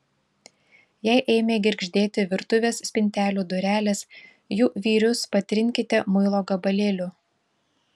jei ėmė girgždėti virtuvės spintelių durelės jų vyrius patrinkite muilo gabalėliu